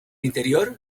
interior